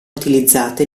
utilizzate